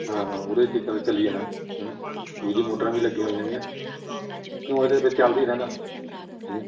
ਹਾਂ ਹਾਂ ਉਹਦੇ 'ਚ ਚੱਲ ਚੱਲੀ ਜਾਂਦਾ ਦੂਜੀ ਮੋਟਰਾਂ ਵੀ ਲੱਗੀਆਂ ਹੋਈਆਂ ਵੀਆਂ ਕਿਉਂ ਇਹਦੇ ਵਿੱਚ ਚਲਦਾ ਹੀ ਰਹਿੰਦਾ